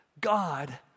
God